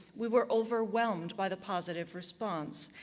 we were overwhelmed by the positive response.